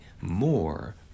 more